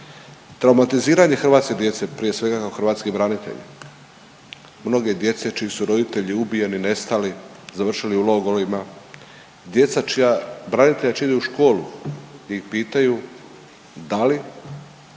Traumatiziranje hrvatske djece prije svega kao hrvatske branitelje, mnoge djece čiji su roditelji ubijeni, nestali, završili u logorima, djeca čija branitelja čija idu u školu njih pitaju da li